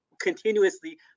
continuously